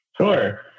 Sure